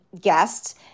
guests